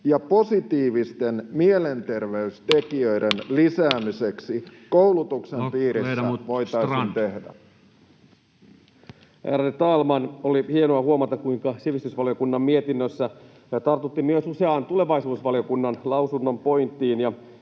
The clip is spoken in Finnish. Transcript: ja positiivisten mielenterveystekijöiden lisäämiseksi koulutuksen piirissä voitaisiin tehdä? Och ledamot Strand. Ärade talman! Oli hienoa huomata, kuinka sivistysvaliokunnan mietinnössä tartuttiin myös useaan tulevaisuusvaliokunnan lausunnon pointtiin